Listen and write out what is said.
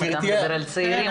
גם לדבר על צעירים,